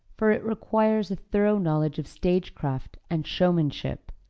for it requires a thorough knowledge of stage-craft and showmanship,